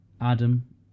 Adam